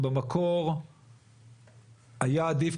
במקור היה עדיף,